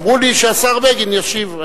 אמרו לי שהשר בגין ישיב.